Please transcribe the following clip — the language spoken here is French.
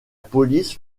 police